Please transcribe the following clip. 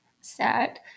sad